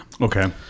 Okay